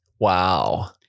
Wow